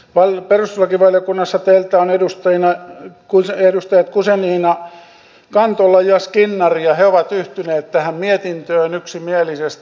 perustuslakivaliokunnassa teiltä ovat edustajina edustajat guzenina kantola ja skinnari ja he ovat yhtyneet tähän mietintöön yksimielisesti